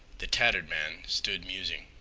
the tattered man stood musing.